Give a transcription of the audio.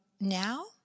now